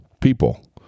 people